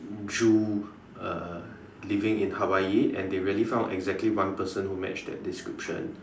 Jew uh living in Hawaii and they really found exactly one person who matched that description